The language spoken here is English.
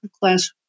class